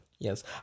Yes